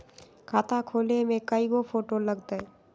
खाता खोले में कइगो फ़ोटो लगतै?